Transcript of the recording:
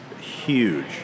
huge